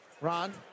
Ron